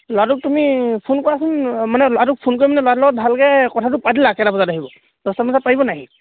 ল'ৰাটোক তুমি ফোন কৰাচোন মানে ল'ৰাটোক ফোন কৰিপিনে ল'ৰাটো লগত ভালকৈ কথাটো পাতিলা কেইটা বজাত আহিব দছটামান বজাত পাৰিবনে সি